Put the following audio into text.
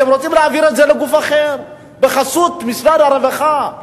אתם רוצים להעביר את זה לגוף אחר בחסות משרד הרווחה.